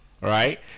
right